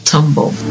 Tumble